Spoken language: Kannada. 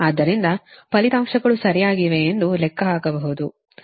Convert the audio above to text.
ಆದ್ದರಿಂದ ಫಲಿತಾಂಶಗಳು ಸರಿಯಾಗಿವೆ ಎಂದು ಲೆಕ್ಕ ಹಾಕಬಹುದು